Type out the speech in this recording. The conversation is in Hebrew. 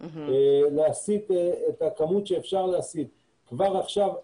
להסית את הכמות שאפשר להסית כבר עכשיו,